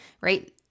right